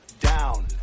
down